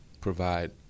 provide